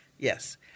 Yes